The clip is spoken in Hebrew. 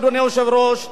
אדוני היושב-ראש,